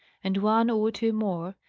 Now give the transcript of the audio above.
and one or two more,